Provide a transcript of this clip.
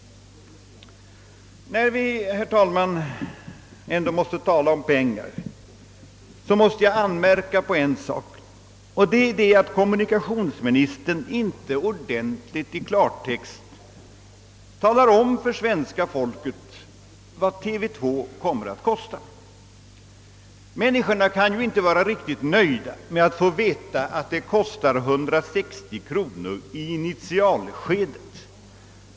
När vi, herr talman, ändå måste tala om pengar vill jag anmärka på en sak, nämligen att kommunikationsministern inte ordentligt i klartext talar om för svenska folket vad TV 2 kommer att kosta. Människorna kan ju inte vara riktigt nöjda med att få veta att det i initialskedet kostar 160 kronor i licensavgift per år.